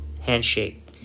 Handshake